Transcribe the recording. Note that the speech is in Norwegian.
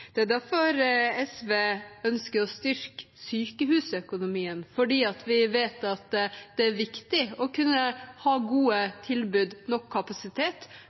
Det er derfor SV ønsker å styrke sykehusøkonomien, for vi vet at det er viktig å kunne ha gode tilbud og nok kapasitet